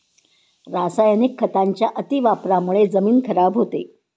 रासायनिक खतांच्या अतिवापरामुळे जमीन खराब होते